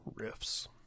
riffs